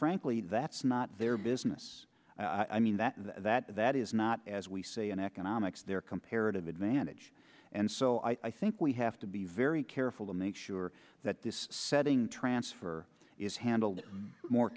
frankly that's not their business i mean that that that is not as we say in economics their comparative advantage and so i think we have to be very careful to make sure that this setting transfer is handled more